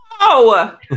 No